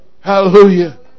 Hallelujah